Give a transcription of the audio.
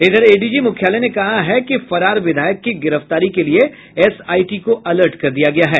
इधर एडीजी मुख्यालय ने कहा है कि फरार विधायक की गिरफ्तारी के लिये एसआईटी को अलर्ट कर दिया गया है